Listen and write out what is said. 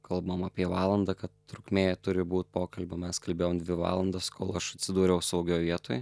kalbam apie valandą kad trukmė turi būt pokalbio mes kalbėjom dvi valandas kol aš atsidūriau saugioj vietoj